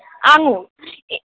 আঙুর এ